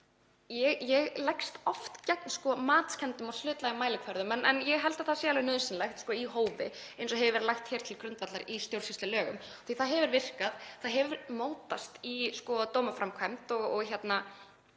Ég leggst oft gegn matskenndum og hlutlægum mælikvörðum en ég held að það sé alveg nauðsynlegt, í hófi, eins og hefur verið lagt til grundvallar í stjórnsýslulögum, því það hefur virkað, það hefur mótast í dómaframkvæmd og ég